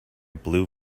blue